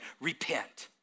Repent